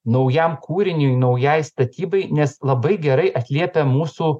naujam kūriniui naujai statybai nes labai gerai atliepia mūsų